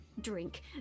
drink